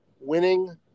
winning